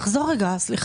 תחזור שוב על הדברים.